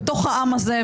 בתוך העם הזה,